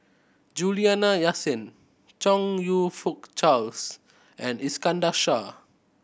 Juliana Yasin Chong You Fook Charles and Iskandar Shah